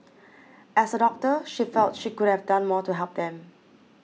as a doctor she felt she could have done more to help them